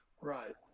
Right